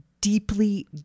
deeply